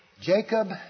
Jacob